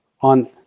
on